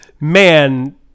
man